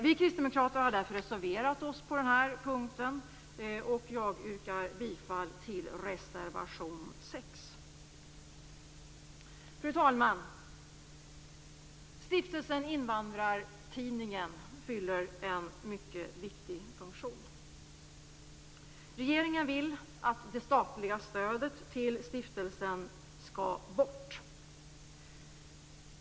Vi kristdemokrater har därför reserverat oss på den här punkten, och jag yrkar bifall till reservation 6. Fru talman! Stiftelsen Invandrartidningen fyller en mycket viktig funktion. Regeringen vill att det statliga stödet till stiftelsen skall bort.